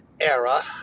era